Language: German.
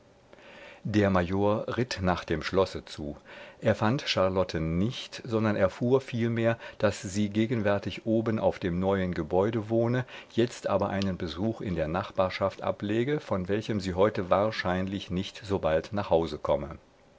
der major ritt nach dem schlosse zu er fand charlotten nicht sondern erfuhr vielmehr daß sie gegenwärtig oben auf dem neuen gebäude wohne jetzt aber einen besuch in der nachbarschaft ablege von welchem sie heute wahrscheinlich nicht so bald nach hause komme